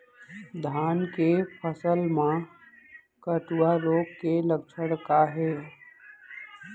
धान के फसल मा कटुआ रोग के लक्षण का हे?